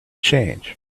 change